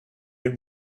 get